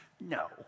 No